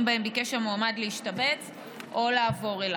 שבהם ביקש המועמד להשתבץ או לעבור אליו.